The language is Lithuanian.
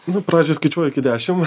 nu pradžioj skaičiuoju iki dešim